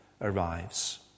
arrives